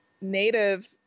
Native